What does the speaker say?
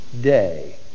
day